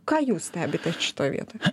ką jūs stebite šitoj vietoj